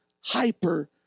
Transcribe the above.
hyper